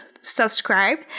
subscribe